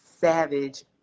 Savage